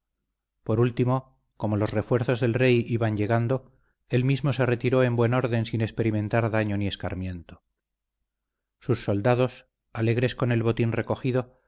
por último como los refuerzos del rey iban llegando él mismo se retiró en buen orden sin experimentar daño ni escarmiento sus soldados alegres con el botín recogido